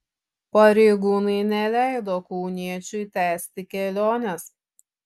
pareigūnai neleido kauniečiui tęsti kelionės